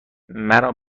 مرا